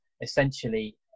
essentially